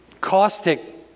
caustic